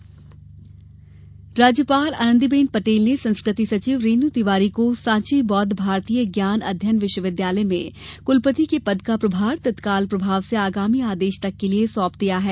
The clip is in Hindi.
राज्यपाल राज्यपाल आनंदीबेन पटेल ने संस्कृति सचिव रेनू तिवारी को सांची बौद्ध भारतीय ज्ञान अध्ययन विश्वविद्यालय में कुलपति के पद का प्रभार तत्काल प्रभाव से आगामी आदेश तक के लिए सौंपा है